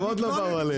הם עוד לא באו עלינו.